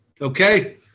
Okay